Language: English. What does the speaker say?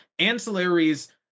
Ancillaries